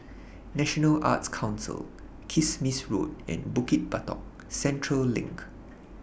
National Arts Council Kismis Road and Bukit Batok Central LINK